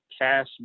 Cash